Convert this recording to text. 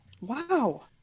wow